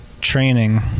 training